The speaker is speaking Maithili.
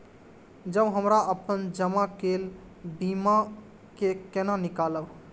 जब हमरा अपन जमा केल बीमा के केना निकालब?